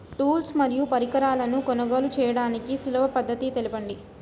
Tools మరియు పరికరాలను కొనుగోలు చేయడానికి సులభ పద్దతి తెలపండి?